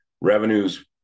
Revenues